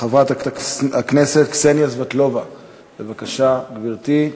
חברת הכנסת קסניה סבטלובה, בבקשה, גברתי.